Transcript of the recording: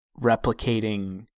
replicating